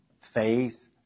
faith